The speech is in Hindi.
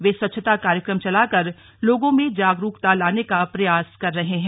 वे स्वच्छता कार्यक्रम चलाकर लोगों में जागरुकता लाने का प्रयास कर रहे है